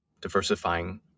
diversifying